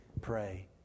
pray